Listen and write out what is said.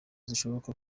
zishobora